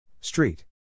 Street